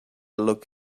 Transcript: look